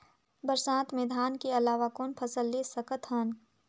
बरसात मे धान के अलावा कौन फसल ले सकत हन?